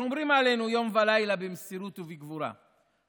ששומרים עלינו יום ולילה במסירות ובגבורה,